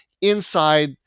inside